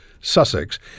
Sussex